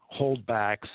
holdbacks